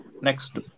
Next